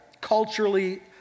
culturally